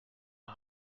der